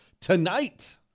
tonight